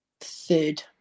Third